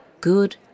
good